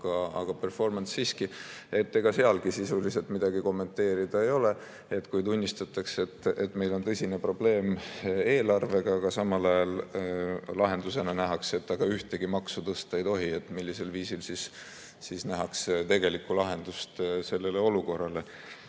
agaperformancesiiski. Ega sealgi sisuliselt midagi kommenteerida ei ole: kui tunnistatakse, et meil on tõsine probleem eelarvega, aga samal ajal lahendusena nähakse, et ühtegi maksu tõsta ei tohi, siis millisel viisil nähakse tegelikku lahendust sellele olukorrale?